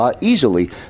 easily